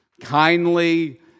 Kindly